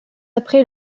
après